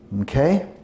okay